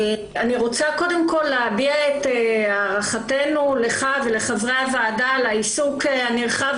אני רוצה קודם כל להביע את הערכתנו לך ולחברי הוועדה על העיסוק הנרחב